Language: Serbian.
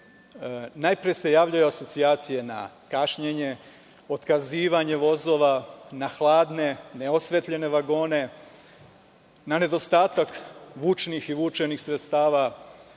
najpre se javljaju asocijacije na kašnjenje, otkazivanje vozova, na hladne, neosvetljene vagone, na nedostatak vučnih i vučenih sredstava,